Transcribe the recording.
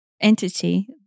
entity